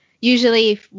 usually